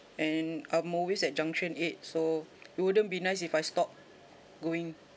and I'm always at junction eight so it wouldn't be nice if I stopped going